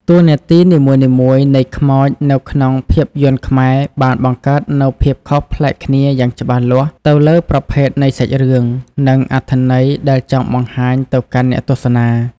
តួនាទីនីមួយៗនៃខ្មោចនៅក្នុងភាពយន្តខ្មែរបានបង្កើតនូវភាពខុសប្លែកគ្នាយ៉ាងច្បាស់លាស់ទៅលើប្រភេទនៃសាច់រឿង និងអត្ថន័យដែលចង់បង្ហាញទៅកាន់អ្នកទស្សនា។